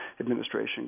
administration